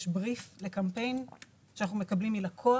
יש בריף לקמפיין שאנחנו מקבלים מלקוח.